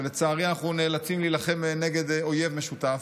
שלצערי אנחנו נאלצים להילחם נגד אויב משותף,